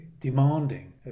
demanding